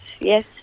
Yes